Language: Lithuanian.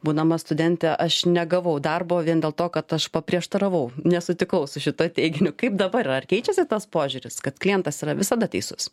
būdama studentė aš negavau darbo vien dėl to kad aš paprieštaravau nesutikau su šituo teiginiu kaip dabar yra ar keičiasi tas požiūris kad klientas yra visada teisus